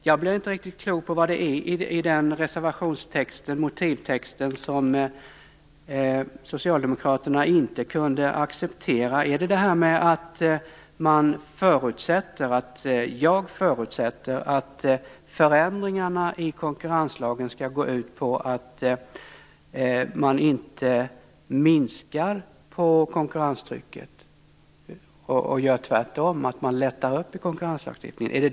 Jag blir inte riktigt klok på vad det är i motivtexten som Socialdemokraterna inte kan acceptera. Kan man inte acceptera att jag förutsätter att förändringarna i konkurrenslagen skall gå ut på att man inte minskar på konkurrenstrycket och gör tvärtom, att man lättar upp i konkurrenslagstiftningen?